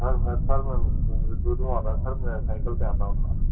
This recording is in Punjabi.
ਸਰ ਮੈਂ ਸਰ ਮੈਂ ਦੂਰੋਂ ਆਉਂਦਾ ਸਰ ਮੈਂ ਸਾਈਕਲ 'ਤੇ ਆਉਂਦਾ ਹੁੰਦਾ